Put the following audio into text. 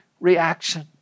reaction